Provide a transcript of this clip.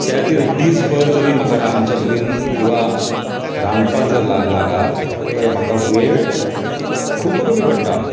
त्या खातीर दीस भर जरी म्हाका रांदच्या कुडींत किंवा रांदपाक जर लागत तर म्हाका वेळ खूब्ब कमी पडटा